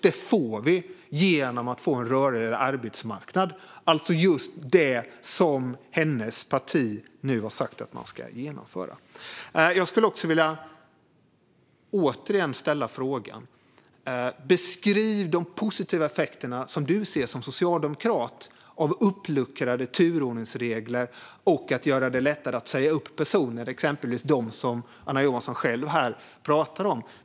Detta får vi genom en rörligare arbetsmarknad, alltså just det som hennes parti har sagt att man ska genomföra. Jag ställer återigen frågan eftersom jag inte fick något svar: Kan du beskriva de positiva effekter du ser som socialdemokrat av att luckra upp turordningsreglerna och göra det lättare att säga upp personer, exempelvis dem som du pratade om?